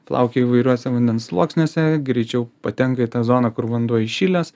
plaukia įvairiuose vandens sluoksniuose greičiau patenka į tą zoną kur vanduo įšilęs